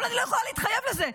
אבל אני לא יכולה להתחייב לזה.